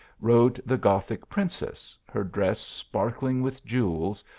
rode the gothic princess, her dress sparkling with jewels,